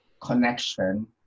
connection